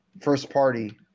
first-party